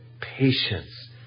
patience